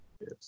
yes